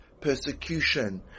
persecution